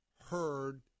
heard